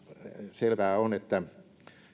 selvää on että